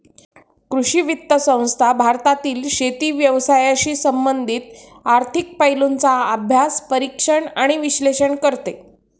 कृषी वित्त संस्था भारतातील शेती व्यवसायाशी संबंधित आर्थिक पैलूंचा अभ्यास, परीक्षण आणि विश्लेषण करते